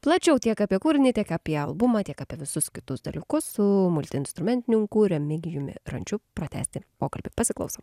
plačiau tiek apie kūrinį tiek apie albumą tiek apie visus kitus dalykus su multiinstrumentininku remigijumi rančiu pratęsti pokalbį pasiklausom